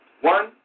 One